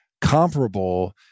comparable